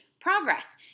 progress